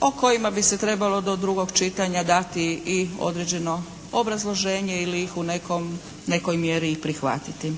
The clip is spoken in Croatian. o kojima bi se trebalo do drugog čitanja dati i određeno obrazloženje ili ih u nekom, nekoj mjeri i prihvatiti.